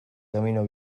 camino